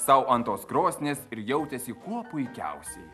sau ant tos krosnies ir jautėsi kuo puikiausiai